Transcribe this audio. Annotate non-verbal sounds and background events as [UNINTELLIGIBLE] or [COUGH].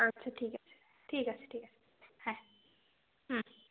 আচ্ছা ঠিক আছে ঠিক আছে ঠিক আছে হ্যাঁ [UNINTELLIGIBLE] হুম [UNINTELLIGIBLE]